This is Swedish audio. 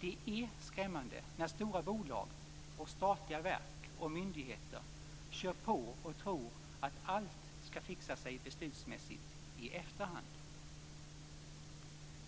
Det är skrämmande när stora bolag och statliga verk och myndigheter kör på och tror att allt skall fixa sig beslutsmässigt i efterhand.